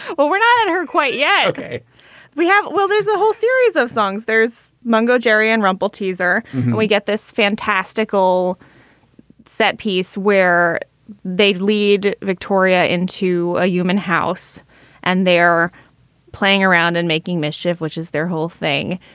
well, we're not at her quite yeah yet. we have well, there's a whole series of songs there's mongo, jerian rempel teaser we get this fantastical set piece where they'd lead victoria into a human house and they're playing around and making mischief, which is their whole thing.